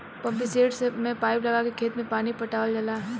pumpset में pipe लगा के खेत में पानी पटावल जाला